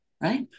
right